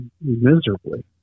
miserably